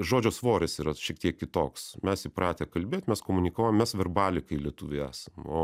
žodžio svoris yra šiek tiek kitoks mes įpratę kalbėt mes komunikuojam mes verbalikai lietuviai esam o